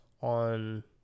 on